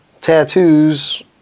tattoos